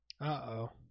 Uh-oh